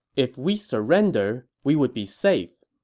if we surrender, we would be safe.